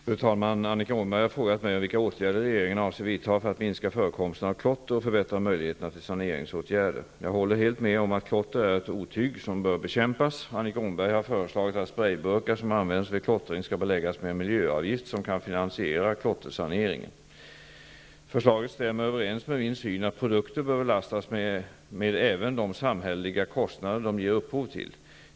Fru talman! Annika Åhnberg har frågat mig vilka åtgärder regeringen avser vidta för att minska förekomsten av klotter och förbättra möjligheterna till saneringsåtgärder. Jag håller helt med om att klotter är ett otyg som bör bekämpas. Annika Åhnberg har föreslagit att sprayburkar som används vid klottring skall beläggs med en miljöavgift som kan finansiera klottersaneringen. Förslaget stämmer överens med min syn att produkter bör belastas med även de samhälleliga kostnader de ger upphov till.